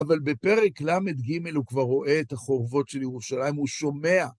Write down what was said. אבל בפרק ל"ג הוא כבר רואה את החורבות של ירושלים, הוא שומע.